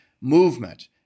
movement